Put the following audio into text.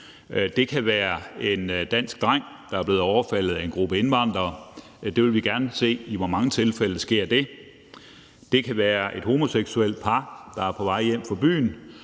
Det kan være en dansk dreng, der er blevet overfaldet af en gruppe indvandrere. Vi vil gerne se, i hvor mange tilfælde det sker. Det kan være et homoseksuelt par, der er på vej hjem fra byen,